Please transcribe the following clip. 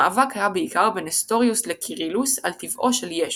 המאבק היה בעיקר בין נסטוריוס לקירילוס על טבעו של ישו.